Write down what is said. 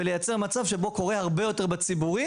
ולייצר מצב שבו קורה הרבה יותר בציבורי